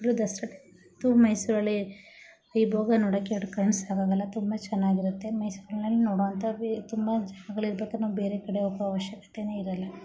ಇದು ದಸರಾ ಟೈಮಲ್ಲಂತೂ ಮೈಸೂರಲ್ಲಿ ವೈಭೊಗ ನೋಡೋಕ್ಕೆ ಎರಡು ಕಣ್ಣು ಸಾಕಾಗೋಲ್ಲ ತುಂಬ ಚೆನ್ನಾಗಿರುತ್ತೆ ಮೈಸೂರ್ನಲ್ಲಿ ನೋಡುವಂಥ ಬೇ ತುಂಬ ಜಾಗಗಳಿರಬೇಕಾದ್ರೆ ನಮ್ಗೆ ಬೇರೆ ಕಡೆ ಹೋಗೋ ಅವಶ್ಯಕತೆಯೇ ಇರೋಲ್ಲ